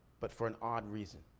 but for an odd reason.